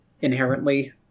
inherently